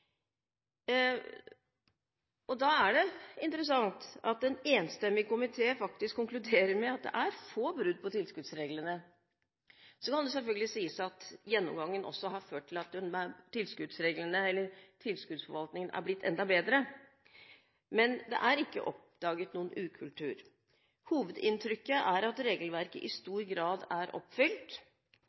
Da er det interessant at en enstemmig komité faktisk konkluderer med at det er få brudd på tilskuddsreglene Så kan det selvfølgelig sies at gjennomgangen også har ført til at tilskuddsforvaltningen er blitt enda bedre, men det er ikke oppdaget noen ukultur. Hovedinntrykket er at regelverket i stor grad er oppfylt.